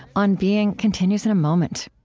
on being continues in a moment